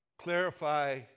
Clarify